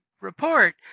report